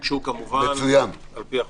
הוגשו, כמובן, על פי החוק: